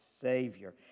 Savior